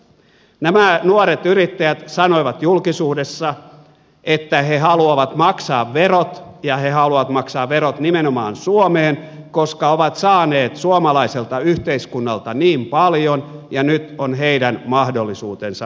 nämä nuoret yrittäjät sanoivat julkisuudessa että he haluavat maksaa verot ja he haluavat maksaa verot nimenomaan suomeen koska ovat saaneet suomalaiselta yhteiskunnalta niin paljon ja nyt on heidän mahdollisuutensa antaa takaisin